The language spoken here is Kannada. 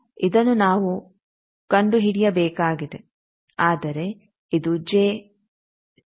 ಆದ್ದರಿಂದ ಇದನ್ನು ನಾವು ಕಂಡುಹಿಡಿಯಬೇಕಾಗಿದೆ ಆದರೆ ಇದು ಜೆ 0